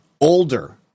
older